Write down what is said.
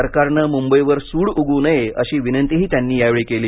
सरकारनं मुंबईवर सूड उगवू नये अशी विनंतीही त्यांनी यावेळी केली